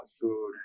food